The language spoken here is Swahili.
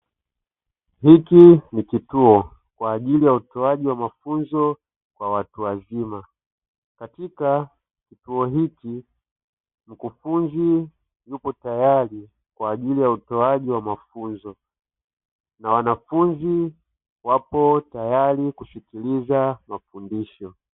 Hiki ni kituo kwa ajili ya utoaji wa mafunzo kwa watu wazima, katika chuo hiki mkufunzi yupo tayari kwa ajili ya utoaji wa mafunzo. Na wanafunzi wapo tayari kusikiliza mafundisho.